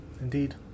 Indeed